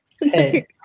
Hey